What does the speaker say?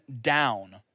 down